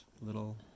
little